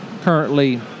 currently